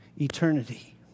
eternity